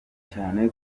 cyane